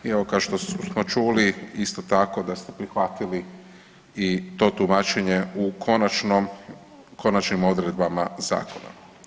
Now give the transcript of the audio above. I evo kao što smo čuli isto tako da ste prihvatili i to tumačenje u konačnom, konačnim odredbama zakona.